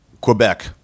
Quebec